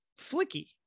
flicky